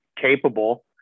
capable